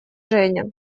женя